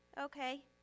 okay